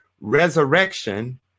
resurrection